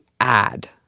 add